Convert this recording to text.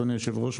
אדוני היושב ראש,